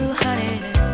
honey